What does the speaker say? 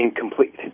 incomplete